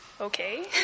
Okay